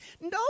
no